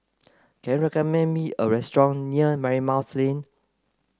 can you recommend me a restaurant near Marymount's Lane